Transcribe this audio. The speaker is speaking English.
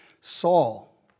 Saul